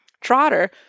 Trotter